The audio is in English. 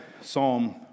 Psalm